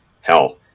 hell